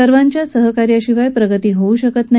सगळ्यांच्या सहाकार्याशिवाय प्रगती होऊ शकत नाही